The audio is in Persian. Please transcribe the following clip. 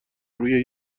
روی